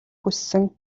хүссэн